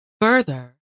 Further